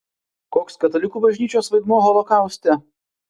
koks katalikų bažnyčios vaidmuo holokauste